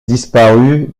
disparut